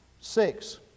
Six